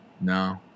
No